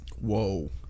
Whoa